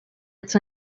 its